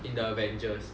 in the avengers